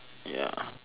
ya